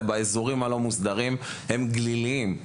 האזורים הלא מוסדרים הם גליליים,